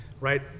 right